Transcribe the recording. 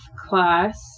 class